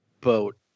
boat